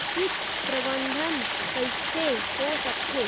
कीट प्रबंधन कइसे हो सकथे?